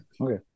Okay